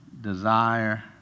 desire